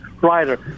writer